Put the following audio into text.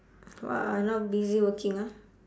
!wah! now busy working ah